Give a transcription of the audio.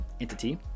entity